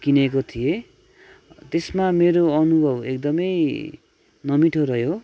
किनेको थिएँ त्यसमा मेरो अनुभव एकदमै नमिठो रह्यो